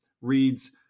reads